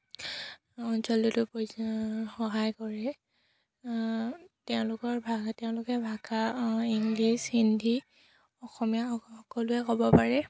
অঞ্চলটোতো সহায় কৰে তেওঁলোকৰ ভাষা তেওঁলোকে ভাষা ইংলিছ হিন্দী অসমীয়া সকলোৱে ক'ব পাৰে